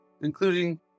including